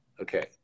Okay